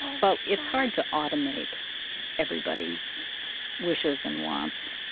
but it's hard to automate everybody's wishes and wants.